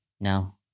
no